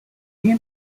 name